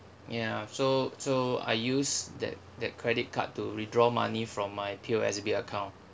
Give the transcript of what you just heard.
ya so so I use that that credit card to withdraw money from my P_O_S_B account